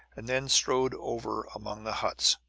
and then strode over among the huts.